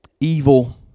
Evil